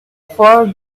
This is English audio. for